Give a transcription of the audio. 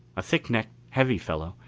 a thick-necked, heavy fellow,